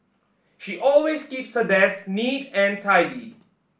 she always keeps her desk neat and tidy